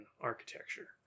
architecture